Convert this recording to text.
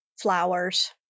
flowers